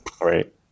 Right